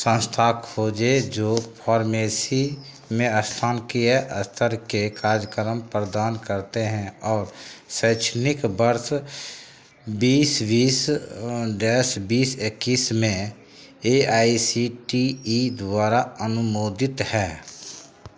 संस्थान खोजें जो फ़ार्मेसी में स्नातकीय स्तर के कार्यक्रम प्रदान करते हैं और शैक्षणिक वर्ष बीस वीस दस बीस इक्कीस में A I C T E द्वारा अनुमोदित हैं